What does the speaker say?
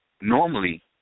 normally